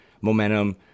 momentum